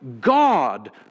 God